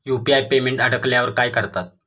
UPI payment अडकल्यावर काय करतात?